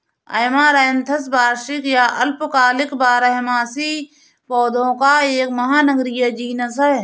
amaranthus वार्षिक या अल्पकालिक बारहमासी पौधों का एक महानगरीय जीनस है